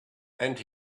and